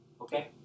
Okay